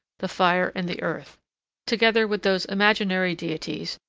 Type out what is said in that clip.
the fire and the earth together with those imaginary deities,